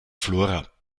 flora